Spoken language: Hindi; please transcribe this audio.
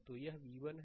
तो यह v1 है